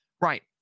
right